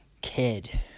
kid